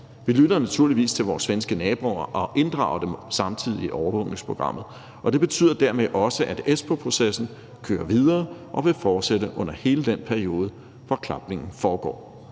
Vi lytter naturligvis til vores svenske naboer og inddrager dem samtidig i overvågningsprogrammet. Det betyder dermed også, at Espoo-processen kører videre og vil fortsætte under hele den periode, hvor klapningen foregår.